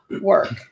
work